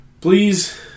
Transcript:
please